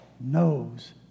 knows